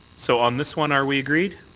so on this one are we agreed?